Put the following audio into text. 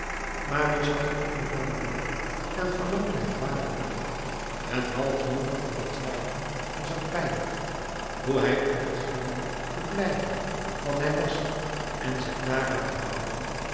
marius had een onbevangen blik en verlangde het ware licht het halfdonker van den twijfel was hem pijnlijk hoe hij ook begeerde te blijven wat hij was en zich daaraan te houden